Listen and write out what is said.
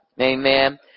Amen